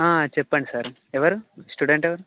చెప్పండి సార్ ఎవరు స్టూడెంట్ ఎవరు